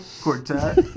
quartet